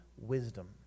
wisdom